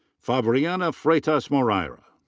fabiana freitas moreira.